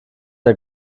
der